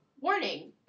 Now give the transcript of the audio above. warning